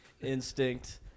instinct